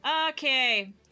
okay